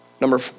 Number